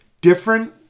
Different